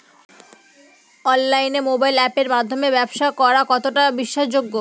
অনলাইনে মোবাইল আপের মাধ্যমে ব্যাবসা করা কতটা বিশ্বাসযোগ্য?